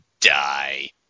die